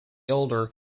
older